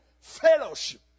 fellowship